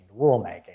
rulemaking